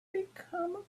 become